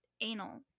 anal